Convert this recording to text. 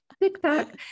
TikTok